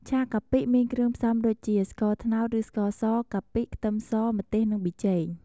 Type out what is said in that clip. ឆាកាពិ មានគ្រឿងផ្សំដូចជា ស្ករត្នោតឬស្ករស កាពិ ខ្ទឹមស ម្ទេស និងប៊ីចេង។